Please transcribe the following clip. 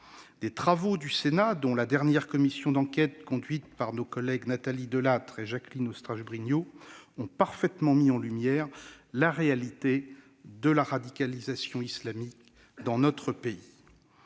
Des travaux du Sénat, dont la dernière commission d'enquête conduite par Nathalie Delattre et Jacqueline Eustache-Brinio, ont parfaitement mis en lumière la réalité de la radicalisation islamiste dans notre pays.